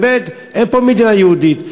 באמת, אין פה מדינה יהודית.